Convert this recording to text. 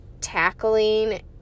tackling